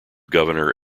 governor